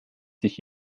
sich